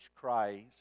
Christ